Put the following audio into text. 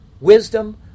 wisdom